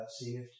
saved